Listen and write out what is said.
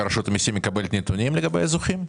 רשות המיסים מקבלת נתונים לגבי הזוכים?